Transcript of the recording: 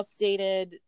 updated